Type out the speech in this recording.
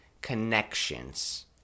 connections